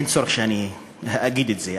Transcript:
אין צורך שאגיד את זה,